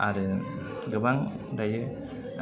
आरो गोबां दायो